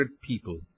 people